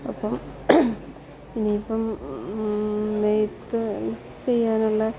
അപ്പം ഇനിയിപ്പം നെയ്ത്ത് ചെയ്യാനുള്ള